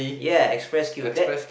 ya express queue that